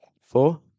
Four